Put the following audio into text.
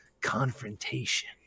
confrontation